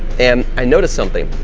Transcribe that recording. and i noticed something.